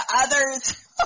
others